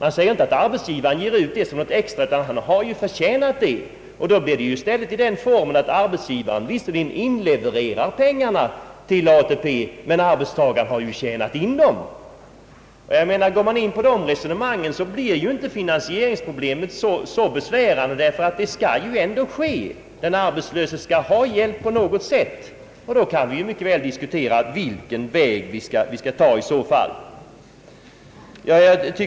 Man säger inte att arbetsgivaren betalar ut detta utan vidare, utan arbetstagarna har tjänat in dessa pengar. Går man in på detta resonemang blir inte finansieringsproblemet så besvärligt. Den arbetslöse skall ha hjälp, och då kan man diskutera vilken väg vi i det fallet skall